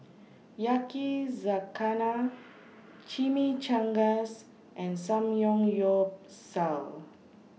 Yakizakana Chimichangas and Samgeyopsal